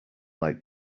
like